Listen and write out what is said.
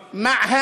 כן, כן.